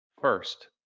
first